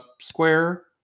square